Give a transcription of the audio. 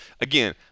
again